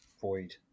void